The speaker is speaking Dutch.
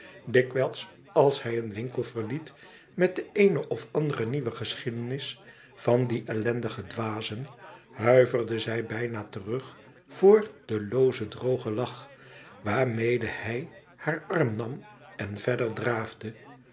dikwijls als hij een winkel verliet met de eene of andere nieuwe geschiedenis vun die ellendige dwazen huiverde zij bijna terug voor den loozen drogen lach waarmede hij haar arm nam en verder draafde